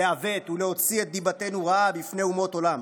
לעוות ולהוציא את דיבתנו רעה בפני אומות עולם.